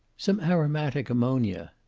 some aromatic ammonia.